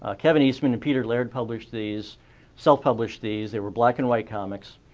ah kevin eastman and peter laird published these self-published these. they were black and white comics.